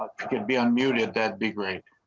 can be on unit that be great.